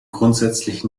grundsätzlich